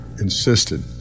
insisted